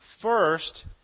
first